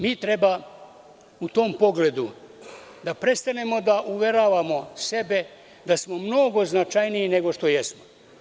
Mi treba u tom pogledu da prestanemo da uveravamo sebe da smo mnogo značajniji nego što jesmo.